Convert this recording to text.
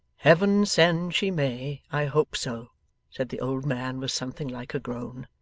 heaven send she may! i hope so said the old man with something like a groan.